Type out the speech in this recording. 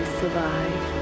survive